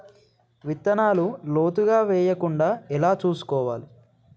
విత్తనాలు లోతుగా వెయ్యకుండా ఎలా చూసుకోవాలి?